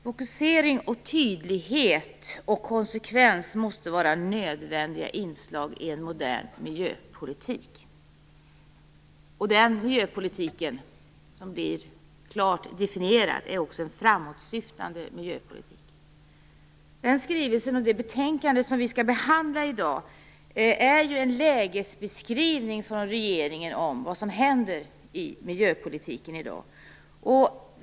Fru talman! Fokusering, tydlighet och konsekvens är nödvändiga inslag i en modern miljöpolitik. Den miljöpolitik som blir klart definierad är också en framåtsyftande miljöpolitik. Den skrivelse och det betänkande som vi skall behandla i dag handlar om en lägesbeskrivning från regeringen av vad som händer i miljöpolitiken i dag.